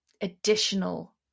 additional